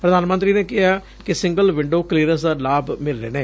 ਪ੍ਰਧਾਨ ਮੰਤਰੀ ਨੇ ਕਿਹਾ ਕਿ ਸਿੰਗਲ ਵਿੰਡੋ ਕਲੀਰੈਂਸ ਦੇ ਲਾਭ ਮਿਲ ਰਹੇ ਨੇ